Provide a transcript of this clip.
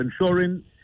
ensuring